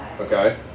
Okay